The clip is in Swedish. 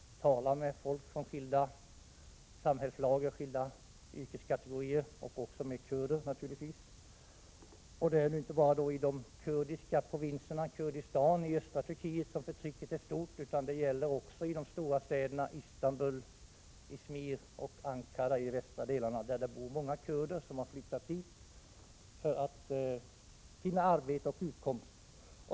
Jag talade med folk från skilda samhällslager, yrkeskategorier och naturligtvis med kurder. Det är inte bara i de kurdiska provinserna, i Kurdistan i östra Turkiet, som förtrycket är stort, utan det gäller även de stora städerna Istanbul, Izmir och Ankara i de västra delarna av landet. Många kurder har flyttat dit för att finna arbete och utkomst.